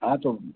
हाँ तो